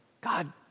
God